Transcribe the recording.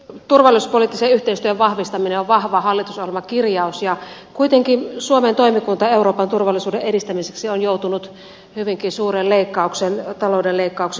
turvallisuuspoliittisen yhteistyön vahvistaminen on vahva hallitusohjelmakirjaus ja kuitenkin suomen toimikunta euroopan turvallisuuden edistämiseksi on joutunut hyvinkin suuren talouden leikkauksen alle